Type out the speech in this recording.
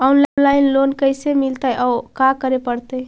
Online loan कैसे मिलतै औ का करे पड़तै?